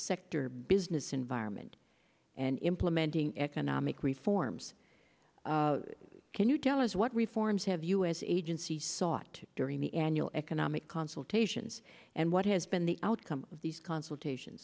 sector business environment and implementing economic reforms can you tell us what reforms have u s agencies sought to during the annual economic consultations and what has been the outcome of these consultation